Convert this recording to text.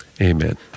Amen